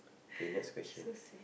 K next question